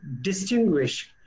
distinguish